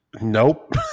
Nope